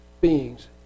beings